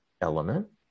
element